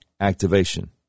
activation